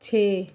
ਛੇ